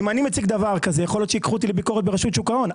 אם אני מציג דבר כזה יכול להיות שייקחו אותי לביקורת ברשות שוק ההון.